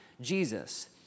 Jesus